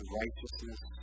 righteousness